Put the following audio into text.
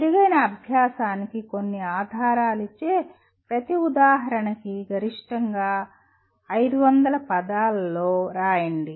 మెరుగైన అభ్యాసానికి కొన్ని ఆధారాలు ఇచ్చే ప్రతి ఉదాహరణకి గరిష్టంగా 500 పదాలలో రాయండి